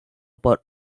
por